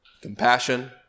Compassion